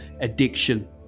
addiction